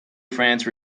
france